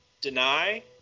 deny